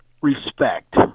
Respect